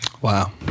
wow